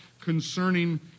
concerning